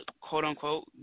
quote-unquote